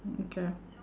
mm okay